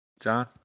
John